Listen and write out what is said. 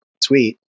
tweet